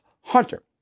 Hunter